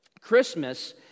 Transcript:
Christmas